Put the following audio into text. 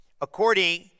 According